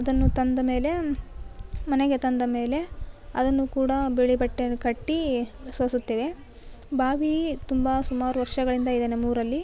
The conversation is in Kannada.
ಅದನ್ನು ತಂದ ಮೇಲೆ ಮನೆಗೆ ತಂದ ಮೇಲೆ ಅದನ್ನು ಕೂಡ ಬಿಳಿ ಬಟ್ಟೆಯನ್ನು ಕಟ್ಟಿ ಸೋಸುತ್ತೇವೆ ಬಾವಿ ತುಂಬ ಸುಮಾರು ವರ್ಷಗಳಿಂದ ಇದೆ ನಮ್ಮೂರಲ್ಲಿ